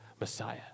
Messiah